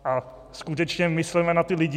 A skutečně mysleme na ty lidi.